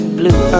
blue